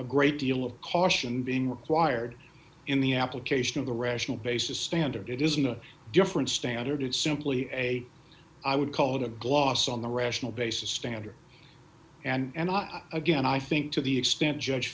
a great deal of caution being required in the application of the rational basis standard it isn't a different standard it's simply a i would call it a gloss on the rational basis standard and not again i think to the extent judge